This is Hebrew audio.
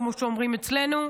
כמו שאומרים אצלנו.